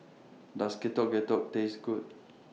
Does Getuk Getuk Taste Good